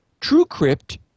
TrueCrypt